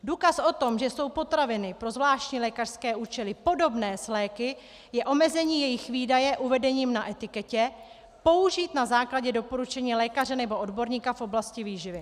Důkaz o tom, že jsou potraviny pro zvláštní lékařské účely podobné s léky, je omezení jejich výdeje uvedením na etiketě: použít na základě doporučení lékaře nebo odborníka v oblasti výživy.